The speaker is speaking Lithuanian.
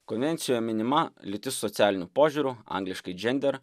konvencijoje minima lytis socialiniu požiūriu angliškai džender